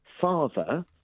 father